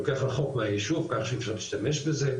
לוקח רחוק מהיישוב כך שאי אפשר להשתמש בזה,